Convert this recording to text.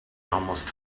almost